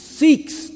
seeks